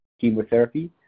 chemotherapy